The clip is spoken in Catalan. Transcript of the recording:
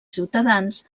ciutadans